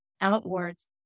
outwards